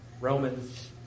Romans